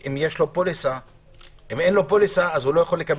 אם אין לו פוליסה, הוא לא יכול לקבל.